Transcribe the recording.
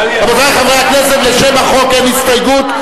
רבותי חברי הכנסת, לשם החוק אין הסתייגות.